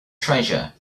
treasure